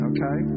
Okay